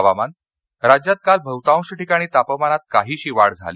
हवामान राज्यात काल बहुतांश ठिकाणी तापमानात काहीशी वाढ झाली